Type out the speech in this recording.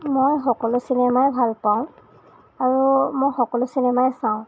মই সকলো চিনেমাই ভাল পাওঁ আৰু মই সকলো চিনেমাই চাওঁ